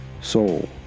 Soul